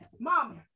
Mom